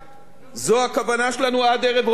זו הכוונה שלנו, עד ערב ראש השנה,